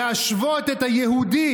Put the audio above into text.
"להשוות את ה'יהודי'